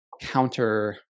counter